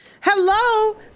Hello